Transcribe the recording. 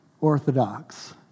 orthodox